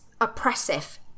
oppressive